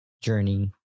journey